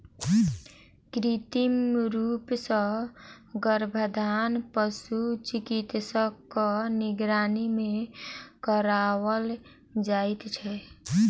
कृत्रिम रूप सॅ गर्भाधान पशु चिकित्सकक निगरानी मे कराओल जाइत छै